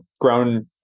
grown